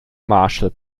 marshall